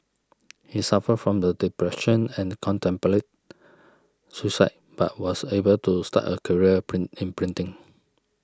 he suffered from the depression and contemplated suicide but was able to start a career in printing